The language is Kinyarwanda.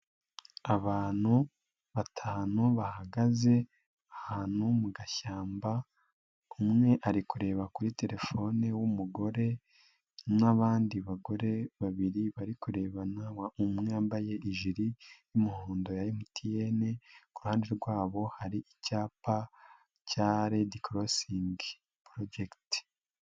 Abantu batanu bahagaze, ahantu mu gashyamba, umwe ari kureba kuri terefone w'umugore n'abandi bagore babiri bari kurebana, umwe yambaye ijiri y'umuhondo ya MTN, ku ruhande rwabo hari icyapa cya redi korosingi porojegiti.